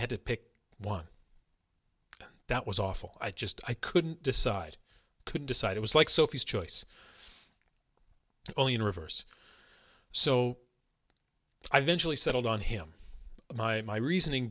had to pick one that was awful i just i couldn't decide couldn't decide it was like sophie's choice only in reverse so i ventured we settled on him my reasoning